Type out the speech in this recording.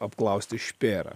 apklausti špėrą